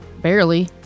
barely